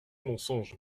mensonge